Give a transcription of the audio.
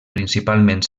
principalment